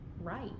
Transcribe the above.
right